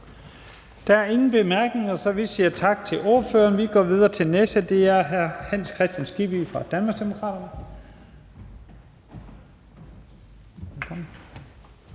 Der er ingen korte bemærkninger, så vi siger tak til ordføreren. Vi går videre til næste ordfører, og det er hr. Hans Kristian Skibby fra Danmarksdemokraterne.